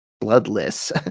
Bloodless